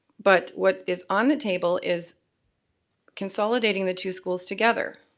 but what is on the table is consolidating the two schools together.